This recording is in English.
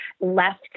left